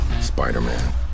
Spider-Man